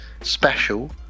special